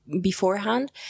beforehand